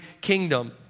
kingdom